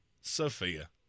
Sophia